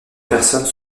personnes